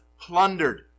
plundered